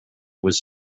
was